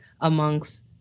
amongst